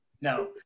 no